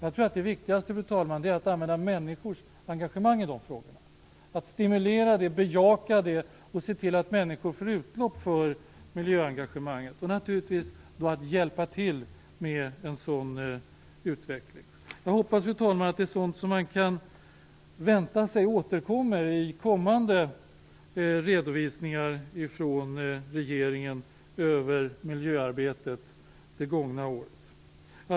Jag tror, fru talman, att det viktigaste är att använda människors engagemang i de frågorna, att stimulera det, att bejaka det, att se till att människor får utlopp för miljöengagemanget och naturligtvis att hjälpa till med en sådan utveckling. Jag hoppas, fru talman, att detta är sådant som återkommer i kommande redovisningar från regeringen över miljöarbetet under det gångna året.